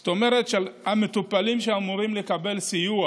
זאת אומרת שהמטופלים שאמורים לקבל סיוע